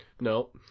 no